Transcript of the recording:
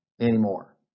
anymore